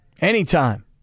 Anytime